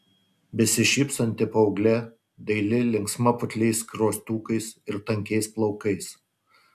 besišypsanti paauglė daili linksma putliais skruostukais ir tankiais plaukais